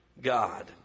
God